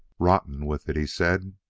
rotten with it, he said.